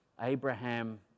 Abraham